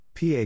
PA